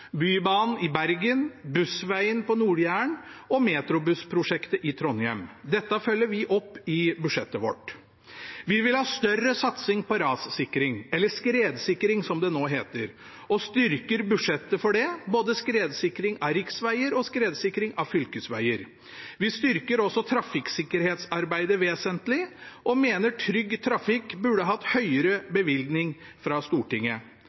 Bybanen i Bergen, Bussveien på Nord-Jæren og Metrobuss-prosjektet i Trondheim. Dette følger vi opp i budsjettet vårt. Vi vil ha større satsing på rassikring, eller skredsikring som det nå heter, og styrker budsjettet for det – både skredsikring av riksveger og skredsikring av fylkesveger. Vi styrker også trafikksikkerhetsarbeidet vesentlig, og mener Trygg Trafikk burde hatt høyere bevilgning fra Stortinget.